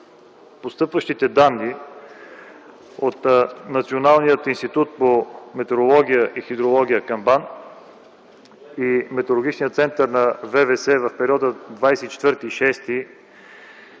постъпващите данни от Националния институт по метеорология и хидрология към БАН и Метеорологичния център на ВВС в периода 24-26,